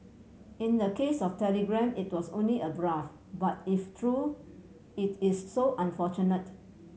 in the case of Telegram it was only a bluff but if true it is so unfortunate